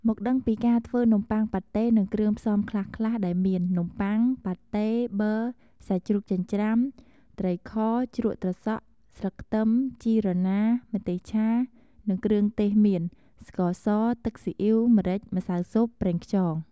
មកដឹងពីការធ្វើនំប័ុងប៉ាតេនិងគ្រឿងផ្សំខ្លះៗដែលមាន នំបុ័ង ប៉ាតេ ប័រ សាច់ជ្រូកចិញ្រ្ចាំ ត្រីខ ជ្រក់ត្រសក់ ស្លឹកខ្ទឹម ជីរណា ម្ទេសឆា និងគ្រឿងទេសមាន ស្ករស ទឹកសុីអ៉ីវ ម្រេច ម្សៅស៊ុប ប្រេងខ្យង។